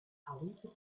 awaited